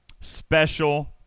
special